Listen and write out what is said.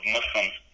Muslims